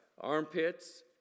armpits